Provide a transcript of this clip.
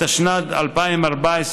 התשנ"ד 2014,